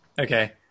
Okay